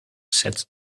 said